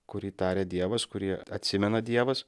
kurį taria dievas kurį atsimena dievas